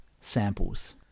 samples